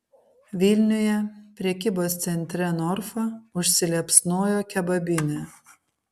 vilniuje prekybos centre norfa užsiliepsnojo kebabinė